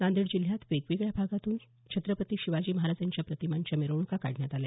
नांदेड जिल्ह्यात वेगवेगळ्या भागातून छत्रपती शिवाजी महाराज यांच्या प्रतिमेच्या मिरवणुका काढण्यात आल्या